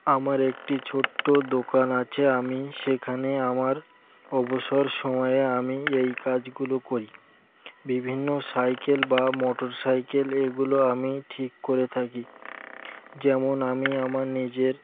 আমার একটি ছোট্ট দোকান আছে আমি সেখানে আমার অবসর সময়ে আমি এই কাজগুলো করি বিভিন্ন সাইকেল বা মোটর সাইকেল এইগুলো আমি ঠিক করে থাকি যেমন আমি আমার নিজের